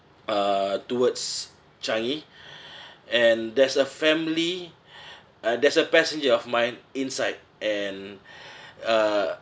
err towards changi and there's a family uh there's a passenger of mine inside and uh